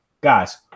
Guys